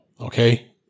okay